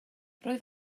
roedd